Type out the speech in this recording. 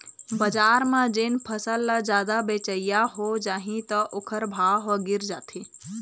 बजार म जेन फसल ल जादा बेचइया हो जाही त ओखर भाव ह गिर जाथे